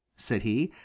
said he.